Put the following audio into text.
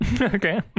Okay